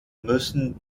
müssen